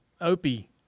Opie